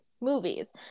movies